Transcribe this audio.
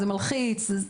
זה מלחיץ.